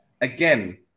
again